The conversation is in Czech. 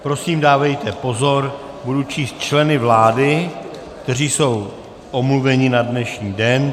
Prosím, dávejte pozor, budu číst členy vlády, kteří jsou omluveni na dnešní den.